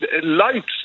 Lights